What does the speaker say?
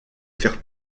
faire